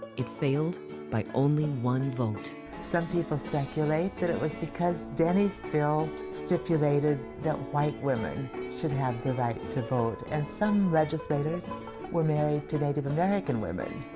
it failed by only one vote. andrews some people speculate that it was because denny's bill stipulated that white women should have the right to vote, and some legislators were married to native american women.